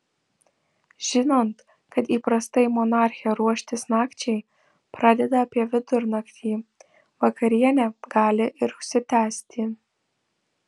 žinant kad įprastai monarchė ruoštis nakčiai pradeda apie vidurnaktį vakarienė gali ir užsitęsti